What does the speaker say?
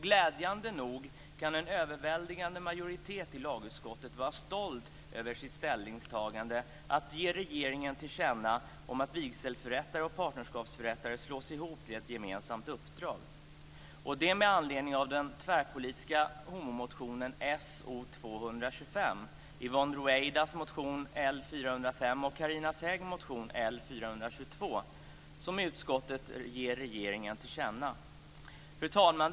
Glädjande nog kan en överväldigande majoritet i lagutskottet vara stolt över sitt ställningstagande att ge regeringen till känna att vigselförrättare och partnerskapsförrättare bör slås ihop till ett gemensamt uppdrag. Anledningen är den tvärpolitiska homomotionen So225, Yvonne Ruwaidas motion L405 och Carina Häggs motion Fru talman!